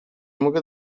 mogę